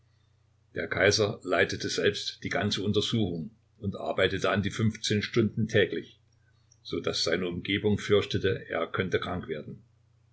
der kaiser leitete selbst die ganze untersuchung und arbeitete an die fünfzehn stunden täglich so daß seine umgebung fürchtete er könnte krank werden